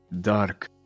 dark